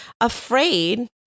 afraid